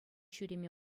ҫӳреме